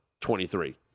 23